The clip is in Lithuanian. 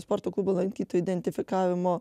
sporto klubo lankytojų identifikavimo